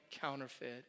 counterfeit